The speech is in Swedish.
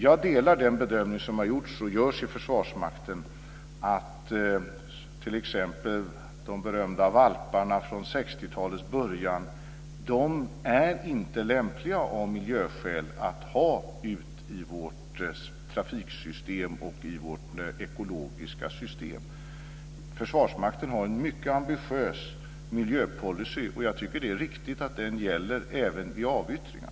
Jag delar den bedömning som har gjorts och görs i Försvarsmakten av att t.ex. de berömda "valparna" från 60-talets början av miljöskäl inte är lämpliga att ha i vårt trafiksystem och i vårt ekologiska system. Försvarsmakten har en mycket ambitiös miljöpolicy, och jag tycker att det är riktigt att den gäller även vid avyttringar.